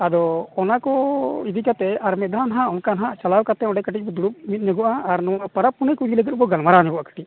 ᱟᱫᱚ ᱚᱱᱟ ᱠᱚ ᱤᱫᱤᱠᱟᱛᱮᱫ ᱟᱨᱢᱤᱫ ᱫᱷᱟᱣ ᱱᱟᱜ ᱚᱱᱠᱟ ᱱᱟᱜ ᱪᱟᱞᱟᱣ ᱠᱟᱛᱮ ᱚᱸᱰᱮ ᱠᱟᱹᱴᱤᱡ ᱵᱚ ᱫᱩᱲᱩᱵ ᱢᱠᱤᱫ ᱧᱚᱜᱚᱜᱼᱟ ᱟᱨ ᱱᱚᱣᱟ ᱯᱟᱨᱟᱵᱽ ᱯᱩᱱᱟᱹᱭ ᱠᱚ ᱤᱫᱤ ᱞᱟᱹᱜᱤᱫ ᱵᱚ ᱜᱟᱞᱢᱟᱨᱟᱣ ᱧᱚᱜᱚᱜᱼᱟ ᱠᱟᱹᱴᱤᱡ